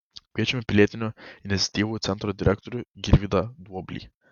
kviečiame pilietinių iniciatyvų centro direktorių girvydą duoblį